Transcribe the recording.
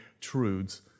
truths